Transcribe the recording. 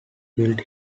built